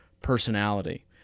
personality